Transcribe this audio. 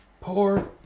Pour